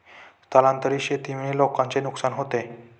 स्थलांतरित शेतीमुळे लोकांचे नुकसान होते